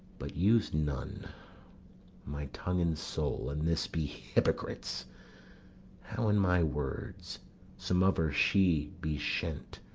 but use none my tongue and soul in this be hypocrites how in my words somever she be shent,